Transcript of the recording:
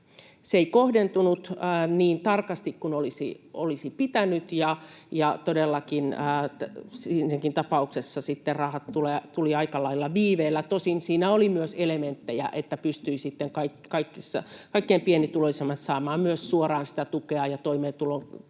Se ei kohdentunut niin tarkasti kuin olisi pitänyt, ja todellakin siinäkin tapauksessa sitten rahat tulivat aika lailla viiveellä, tosin siinä oli myös elementtejä, että myös kaikkein pienituloisimmat pystyivät saamaan suoraan tukea ja toimeentulotuen